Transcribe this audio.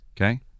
Okay